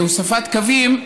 בהוספת קווים,